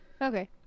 Okay